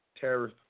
tariff